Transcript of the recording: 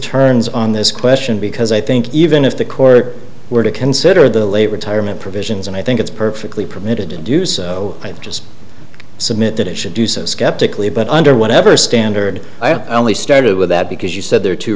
turns on this question because i think even if the court were to consider the late retirement provisions and i think it's perfectly permitted to do so i just submit that it should do so skeptically but under whatever standard i have only started with that because you said there are two